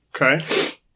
Okay